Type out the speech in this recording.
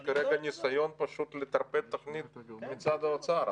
יש כרגע ניסיון פשוט לטרפד תוכנית מצד האוצר.